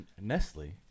Nestle